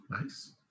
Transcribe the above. Nice